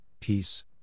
peace